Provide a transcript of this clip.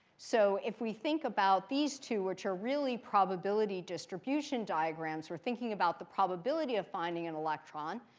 so if we think about these two, which are really probability distribution diagrams, we're thinking about the probability of finding an electron.